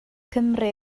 cymru